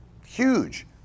Huge